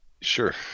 Sure